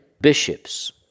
bishops